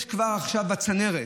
יש כבר עכשיו בצנרת,